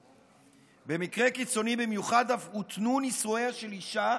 במקרה קיצוני במיוחד אף הותנו נישואיה של אישה